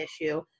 issue